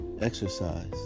exercise